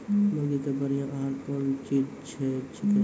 मुर्गी के बढ़िया आहार कौन चीज छै के?